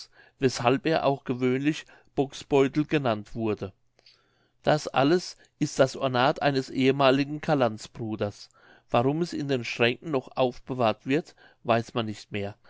weshalb er auch gewöhnlich booksbeutel genannt wurde das alles ist das ornat eines ehemaligen calandsbruders warum es in den schränken noch aufbewahrt wird weiß man nicht mehr